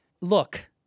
Look